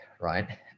right